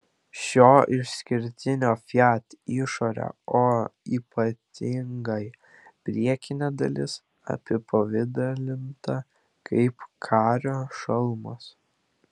šio išskirtinio fiat išorė o ypatingai priekinė dalis apipavidalinta kaip kario šalmas